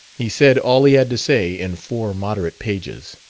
he said all he had to say in four moderate pages.